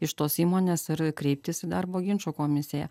iš tos įmonės ir kreiptis į darbo ginčų komisiją